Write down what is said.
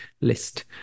list